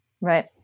Right